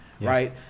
right